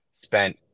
spent